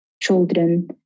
children